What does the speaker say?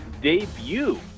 debut